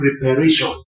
preparation